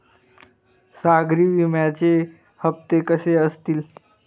सागरी विम्याचे हप्ते कसे असतील?